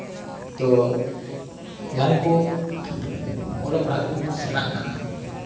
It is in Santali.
ᱛᱚ ᱡᱟᱦᱟᱸᱭ ᱠᱩ ᱚᱞᱚᱜ ᱯᱟᱲᱦᱟᱜ ᱛᱮᱵᱩᱱ ᱥᱮᱬᱟᱜ ᱠᱟᱱᱟ